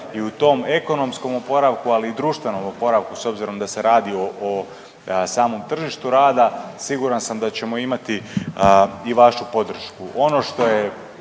i u tom ekonomskom oporavku, ali i društvenom oporavku s obzirom da se radi o samom tržištu rada siguran sam da ćemo imati i vašu podršku.